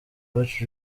uwacu